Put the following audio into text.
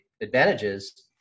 advantages